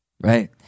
right